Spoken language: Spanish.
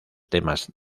temas